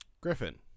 Griffin